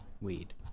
weed